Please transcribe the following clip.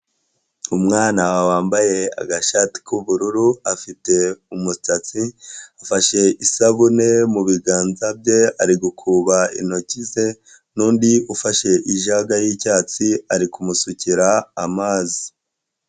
Umwana wambaye agashati k'ubururu afite umusatsi, afashe isabune mu biganza bye ari gukuba intoki ze, n'undi ufashe ijaga y'icyatsi ari kumusukira amazi.